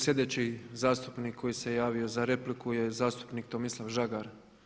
Sljedeći zastupnik koji se javio za repliku je zastupnik Tomislav Žagar.